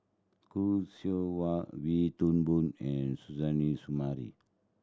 Khoo Seow Hwa Wee Toon Boon and Suzairhe Sumari